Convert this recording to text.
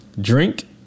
drink